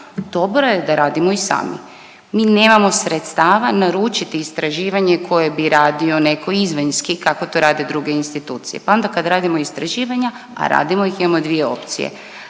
dobro je da radimo i sami. Mi nemamo sredstava naručiti istraživanje koje bi radio neko izvanjski kako to rade druge institucije, pa onda kad radimo istraživanja, a radimo ih, imamo dvije opcije,